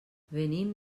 venim